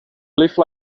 live